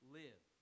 live